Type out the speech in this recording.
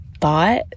thought